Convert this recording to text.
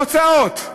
הוצאות: